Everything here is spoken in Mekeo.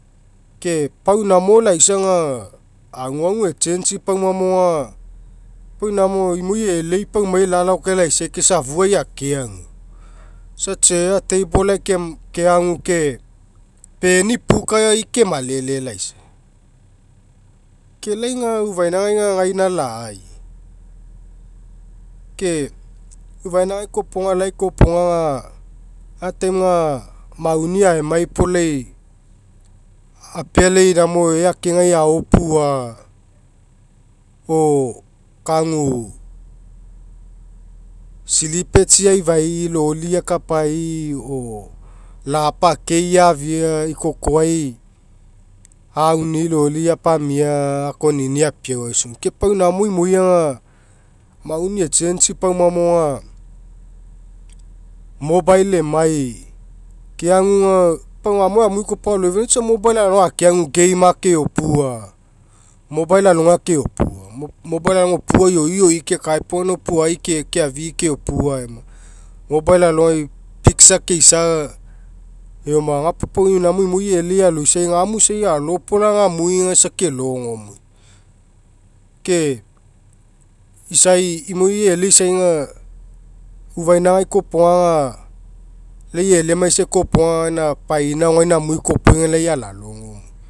Ke pau inamo laisa aga aguagu echange'i pauma mo aga pau inamo imoi e'elei paumai lalao kai laisai isa aguai akeagu. Isa chair, table'ai keagu ke peni pukai kemalele laisa. Ke lai aga ufainagai gaina lai. Ke ufainagai kopoga aga time aga mauni aemai puo lai aga apealai inamo ea akegai aopua o kagu silitsi aifai loli akapai lapa akei afai ikokoai auni'i loli apamia akonini'i apea'aisoge. Ke pau namo inoi aga mauni echange'i paumamo aga mobile emai keagu aga pau gamo amu koa aloifani'i aga isa mobile alogai akeaku game akeopua mobile alogai akeopua mobile alogai opua ioi ioi kekaega puo gaina opuai keafi'i keopua mobile alogai piksa keisai eoma. Gapuo pau gamo imoi e'elei aloisai aga amu isai ala'opola amui ga isa kelogo moia. Ke isai imoi e'elemaisai kopoga aga gaina painao gaina amui kopoga lai alalogo moia.